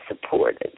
supported